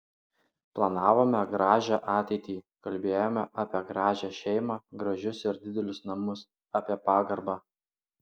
planavome gražią ateitį kalbėjome apie gražią šeimą gražius ir didelius namus apie pagarbą